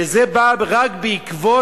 וזה בא רק בעקבות